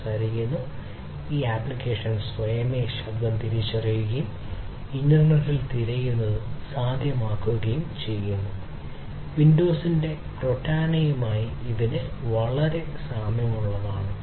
Siri ഇത് വളരെ സാമ്യമുള്ളതാണ്